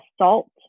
salt